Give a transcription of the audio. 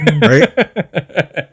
right